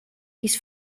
his